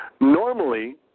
Normally